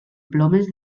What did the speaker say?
plomes